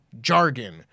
Jargon